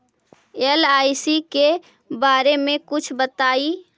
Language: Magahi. एल.आई.सी के बारे मे कुछ बताई?